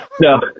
No